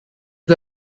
the